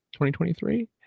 2023